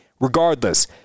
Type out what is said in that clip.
regardless